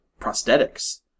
prosthetics